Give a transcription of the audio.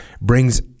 brings